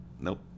nope